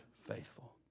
faithful